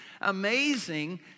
amazing